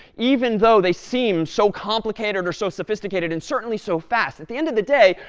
even though they seem so complicated or so sophisticated and certainly so fast. at the end of the day,